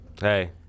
Hey